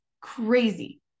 crazy